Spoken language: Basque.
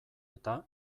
eta